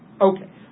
okay